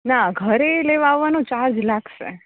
ના ઘરે લેવા આવવાનો ચાર્જ લાગશે